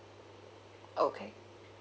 okay